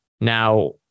Now